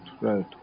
right